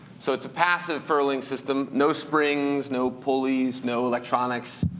so it's a passive furling system, no strings, no pulleys, no electronics,